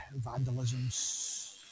vandalisms